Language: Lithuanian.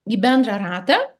į bendrą ratą